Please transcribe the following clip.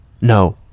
No